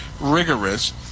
rigorous